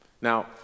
Now